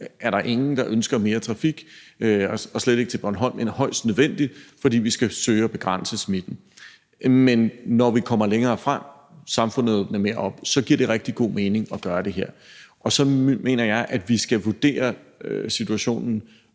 er der ingen, der ønsker mere trafik – og slet ikke til Bornholm – end højst nødvendigt, fordi vi skal søge at begrænse smitten. Men når vi kommer længere frem og samfundet åbner mere op, så giver det rigtig god mening at gøre det her. Og så mener jeg, at vi skal vurdere situationen